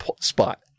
spot